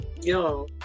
Yo